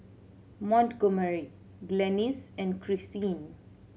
Montgomery Glennis and Krystin